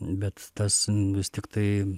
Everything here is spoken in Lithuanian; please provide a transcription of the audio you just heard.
bet tas vis tiktai